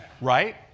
Right